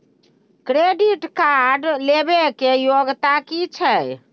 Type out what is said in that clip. Credit card लेबै के योग्यता कि छै?